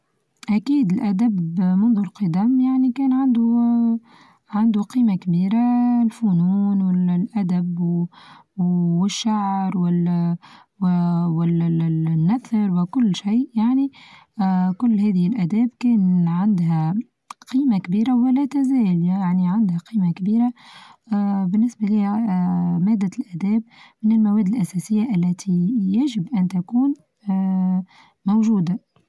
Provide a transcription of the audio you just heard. أكيد الأدب منذ القدم يعني كان عندو عندو قيمة كبيرة الفنون والأدب والشعر والنثر وكل شيء يعني كل هذه الآداب كان عندها قيمة كبيرة ولا تزال يعني عندها قيمة كبيرة، اه بالنسبة لي اه مادة الاداب من المواد الأساسية التي يجب أن تكون اه موچودة.